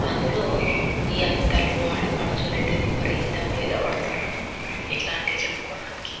అందులో ఈ అత్తలు ఆడపడుచులు అయితే విపరీతంగా ఎగపడతారు ఇట్లాంటివి చెప్పుకోడానికి